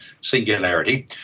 singularity